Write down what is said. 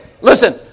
Listen